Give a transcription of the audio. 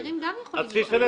האחרים גם יכולים לקבל,